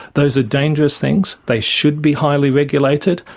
those are dangerous things, they should be highly regulated,